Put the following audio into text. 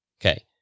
Okay